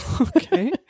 Okay